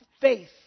faith